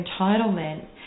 entitlement